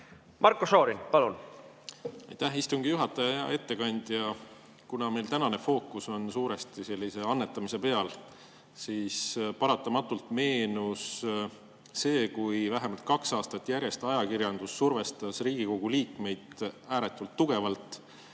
Marko, Šorin, palun!